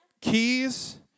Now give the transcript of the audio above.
keys